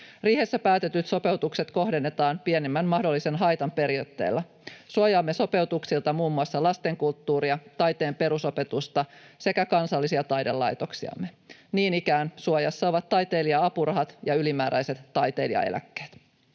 Riihessä päätetyt sopeutukset kohdennetaan pienimmän mahdollisen haitan periaatteella. Suojaamme sopeutuksilta muun muassa lastenkulttuuria, taiteen perusopetusta sekä kansallisia taidelaitoksiamme. Niin ikään suojassa ovat taiteilija-apurahat ja ylimääräiset taiteilijaeläkkeet.